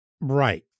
Right